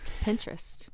Pinterest